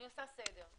אני עושה סדר.